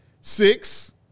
six